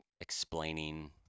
explaining